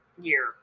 year